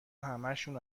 همشون